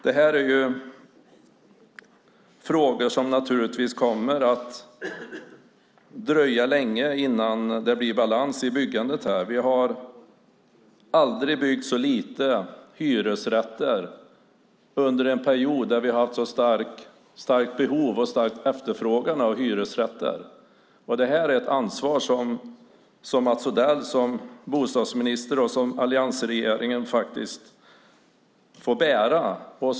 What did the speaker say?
Det kommer naturligtvis att dröja länge innan det blir balans i byggandet. Vi har aldrig tidigare byggt så få hyresrätter under en period med så starkt behov av och stor efterfrågan på just hyresrätter. Det här är ett ansvar som bostadsminister Mats Odell och alliansregeringen får bära.